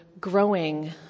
growing